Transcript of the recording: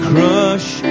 Crush